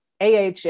AHA